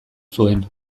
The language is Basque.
zuen